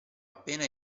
appena